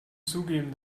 zugeben